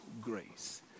grace